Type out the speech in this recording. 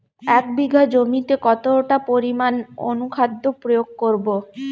এক বিঘা জমিতে কতটা পরিমাণ অনুখাদ্য প্রয়োগ করব?